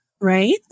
Right